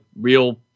real